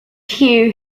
hugh